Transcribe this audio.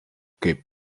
kaip